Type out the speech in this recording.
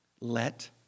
Let